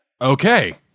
Okay